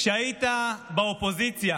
כשהיית באופוזיציה